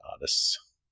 artist's